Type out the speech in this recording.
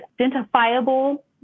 identifiable